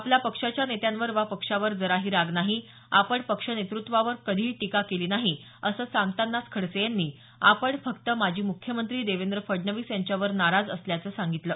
आपला पक्षाच्या नेत्यांवर वा पक्षावर जराही राग नाही आपण पक्षनेतृत्वावर कधीही टीका केली नाही असं सांगताना खडसे यांनी आपण फक्त माजी मुख्यमंत्री देवेंद्र फडणवीस यांच्यावर नाराज असल्याचं सांगितलं